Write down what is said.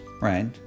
right